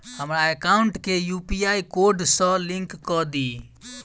हमरा एकाउंट केँ UPI code सअ लिंक कऽ दिऽ?